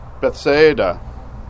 Bethsaida